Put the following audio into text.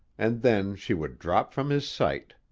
and then she would drop from his sight.